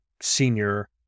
Senior